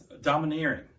domineering